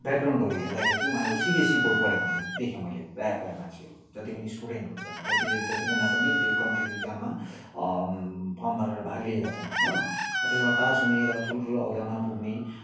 ब्याकग्राउन्डहरू हेर्दाखेरि चाहिँ उहाँहरूको सिबिएससी बोर्ड पढेका देखेँ मैले प्रायः प्रायः मान्छेहरू जति पनि स्टुडेन्टहरू छन् जतिजना पनि त्यो कम्पिटेटिभ इक्जाममा फर्म भरेर भाग लिएका छन् हो र त्यसमा पास हुने र ठुलो ठुलो ओहदामा पुग्ने